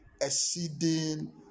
exceeding